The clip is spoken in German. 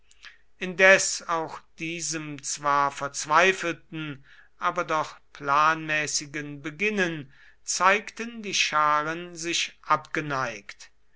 indes auch diesem zwar verzweifelten aber doch planmäßigen beginnen zeigten die scharen sich abgeneigt